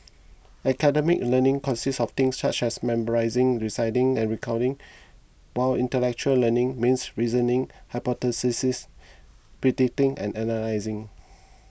academic learning consists of things such as memorising reciting and recounting while intellectual learning means reasoning hypothesising predicting and analysing